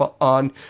on